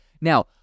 Now